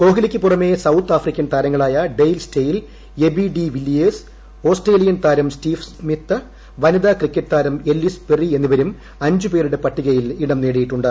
കോഹ്ലിയ്ക്ക് പുറമേ south African താരങ്ങളായ Dale Steyn AB de Villiers Australian താരം സ്റ്റീവ് സ്മിത്ത് വനിതാ ക്രിക്കറ്റ് താരം എല്ലിസ് പെറി എന്നിവരും അഞ്ച് പേരുടെ പട്ടികയിൽ ഇടം നേടിയിട്ടുണ്ട്